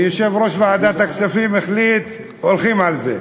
ויושב-ראש ועדת הכספים החליט הולכים על זה.